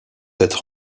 être